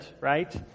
right